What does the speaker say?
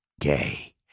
gay